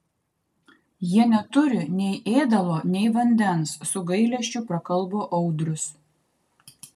jie neturi nei ėdalo nei vandens su gailesčiu prakalbo audrius